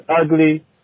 ugly